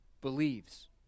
Believes